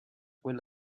quella